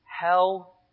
Hell